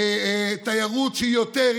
תיירות שהיא יותר,